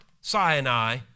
Sinai